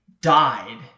died